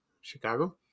chicago